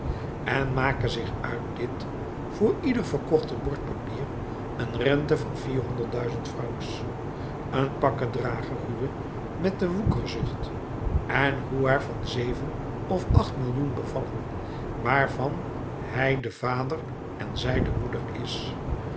en make zich uit dit voor leder verkochte bordpapier een rente van vierhonderd duizend francs een pakkedrager huwe met de woekerzucht en doe haar van zeven of acht millioen bevallen waarvan hij de vader en zij de moeder is